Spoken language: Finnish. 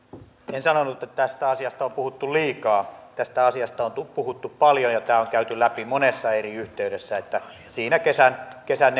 en sanonut että tästä asiasta on on puhuttu liikaa tästä asiasta on puhuttu paljon ja tämä on käyty läpi monessa eri yhteydessä siinä kesän kesän